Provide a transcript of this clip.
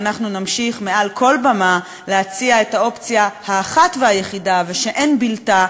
ואנחנו נמשיך מעל כל במה להציע את האופציה האחת והיחידה ואין בלתה,